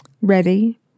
ready